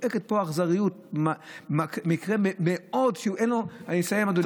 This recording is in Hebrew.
צועקת פה האכזריות, אני מסיים, אדוני.